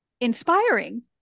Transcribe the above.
inspiring